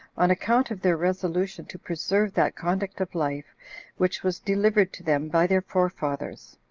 on account of their resolution to preserve that conduct of life which was delivered to them by their forefathers,